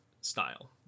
style